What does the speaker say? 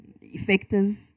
effective